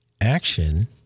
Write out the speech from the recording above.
action